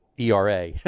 ERA